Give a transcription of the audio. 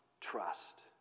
trust